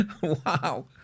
wow